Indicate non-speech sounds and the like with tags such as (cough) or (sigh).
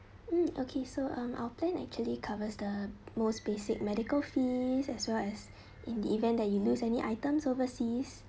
mm okay so um our plan actually covers the most basic medical fees as well as (breath) in the event that you lose any items overseas